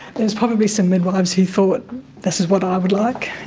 there's probably some midwives who thought this is what i would like!